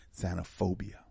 xenophobia